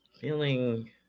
Feeling